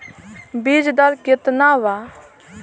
बीज दर केतना वा?